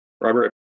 Robert